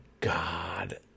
God